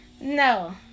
no